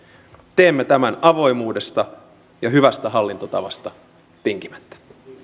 teemme tämän avoimuudesta ja hyvästä hallintotavasta tinkimättä